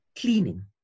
cleaning